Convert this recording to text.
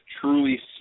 truly